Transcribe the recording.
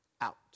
out